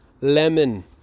lemon